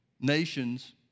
nations